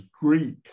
Greek